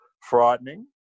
frightening